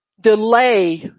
delay